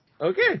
Okay